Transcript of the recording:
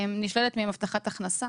נשללת מהן הבטחת הכנסה,